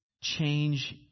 change